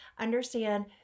understand